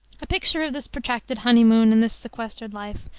a picture of this protracted honeymoon and this sequestered life,